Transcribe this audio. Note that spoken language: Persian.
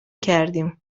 کردیم